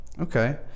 Okay